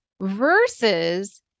versus